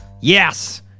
Yes